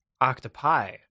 octopi